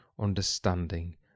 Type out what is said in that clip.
understanding